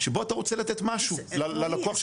שבו אתה רוצה לתת משהו ללקוח שמחזיק.